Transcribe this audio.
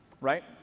right